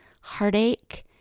heartache